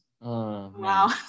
Wow